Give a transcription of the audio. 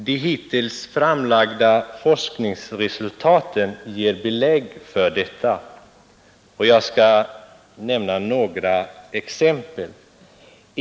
De hittills framlagda forskningsresultaten ger belägg för detta. Jag skall nämna några exempel.